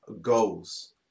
goals